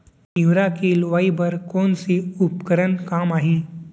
तिंवरा के लुआई बर कोन से उपकरण काम आही?